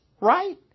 right